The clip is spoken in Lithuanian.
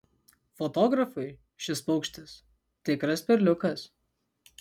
fotografui šis paukštis tikras perliukas